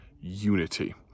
unity